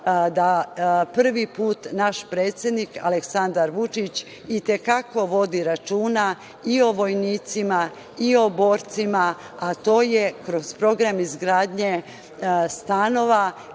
da prvi put naš predsednik Aleksandar Vučić i te kako vodi računa i o vojnicima i o borcima, a to je kroz program izgradnje stanova